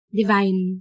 divine